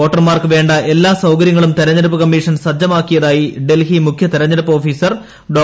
വോട്ടർമാർക്ക് വേണ്ട എല്ലാ സൌകര്യങ്ങളും തിര്ക്കെത്തുപ്പ് കമ്മീഷൻ സജ്ജമാക്കിയതായി ഡൽഹി മുഖ്യ തെരഞ്ഞെട്ടുപ്പ് ഓഫീസർ ഡോ